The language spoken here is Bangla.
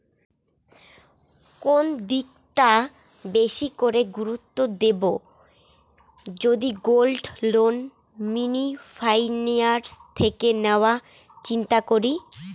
কোন দিকটা বেশি করে গুরুত্ব দেব যদি গোল্ড লোন মিনি ফাইন্যান্স থেকে নেওয়ার চিন্তা করি?